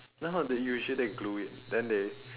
no no they usually glue it then they